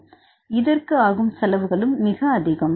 இதற்கு ஆகும்செலவுகளும் மிக அதிகம்